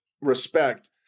respect